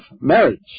marriage